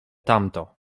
tamto